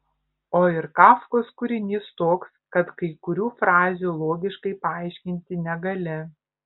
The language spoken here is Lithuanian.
o ir kafkos kūrinys toks kad kai kurių frazių logiškai paaiškinti negali